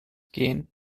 gehen